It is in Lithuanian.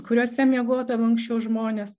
kuriose miegodavo anksčiau žmonės